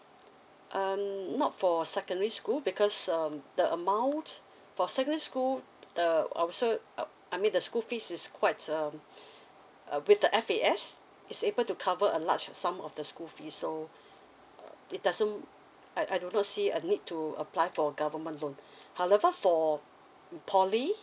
um not for secondary school because um the amount for secondary school the I'd say uh I mean the school fees is quite um uh with the F_A_S is able to cover a large sum of the school fees so uh it doesn't I I do not see a need to apply for a government loan however for poly